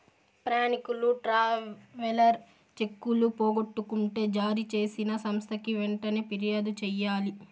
ప్రయాణికులు ట్రావెలర్ చెక్కులు పోగొట్టుకుంటే జారీ చేసిన సంస్థకి వెంటనే ఫిర్యాదు చెయ్యాలి